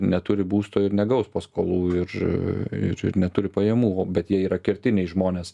neturi būsto ir negaus paskolų ir ir ir neturi pajamų bet jie yra kertiniai žmonės